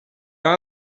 are